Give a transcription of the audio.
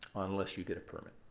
unless you get a permit.